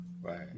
Right